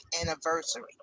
anniversary